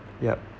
yup